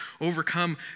overcome